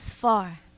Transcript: far